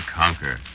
conquer